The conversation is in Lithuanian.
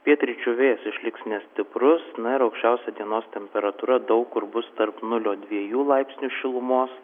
pietryčių vėjas išliks nestiprus ir aukščiausia dienos temperatūra daug kur bus tarp nulio dviejų laipsnių šilumos